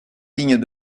lignes